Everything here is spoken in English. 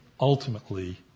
ultimately